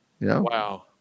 Wow